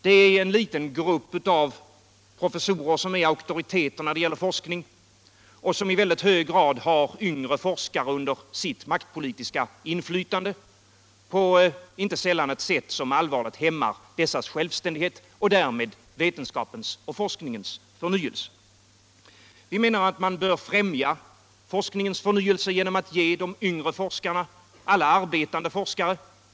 Det är en liten grupp av professorer som är auktoriteter när det gäller forskning och som i väldigt hög grad har yngre forskare under sitt maktpolitiska inflytande, inte sällan på ett sätt som allvarligt hämmar deras självständighet och därmed vetenskapens och forskningens förnyelse. Vi menar att man bör främja forskningens förnyelse genom att ge de yngre forskarna och alla arbetande forskare större inflytande.